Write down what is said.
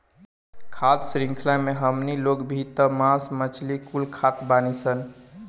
खाद्य शृंख्ला मे हमनी लोग भी त मास मछली कुल खात बानीसन